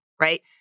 right